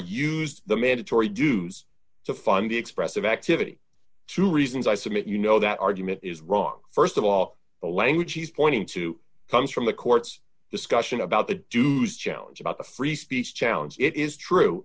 used the mandatory dues to fund the expressive activity two reasons i submit you know that argument is wrong st of all the language he's pointing to comes from the courts discussion about the deuce challenge about the free speech challenge it is true